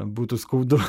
būtų skaudu